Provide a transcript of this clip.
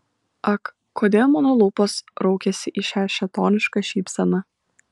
ak kodėl mano lūpos raukiasi į šią šėtonišką šypseną